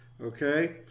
Okay